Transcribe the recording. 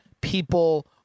people